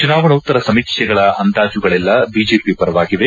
ಚುನಾವಣೋತ್ತರ ಸಮೀಕ್ಷೆಗಳ ಅಂದಾಜುಗಳೆಲ್ಲಾ ಬಿಜೆಪಿ ಪರವಾಗಿವೆ